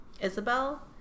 Isabel